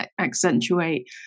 accentuate